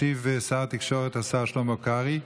ישיב שר התקשורת, השר שלמה קרעי.